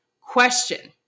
question